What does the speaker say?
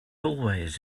always